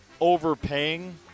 overpaying